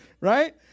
Right